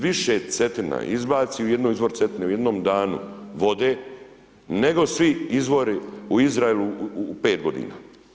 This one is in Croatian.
Više Cetina izbaci u izvor Cetine u jednom danu vode nego svi izvori u Izraelu u 5 godina.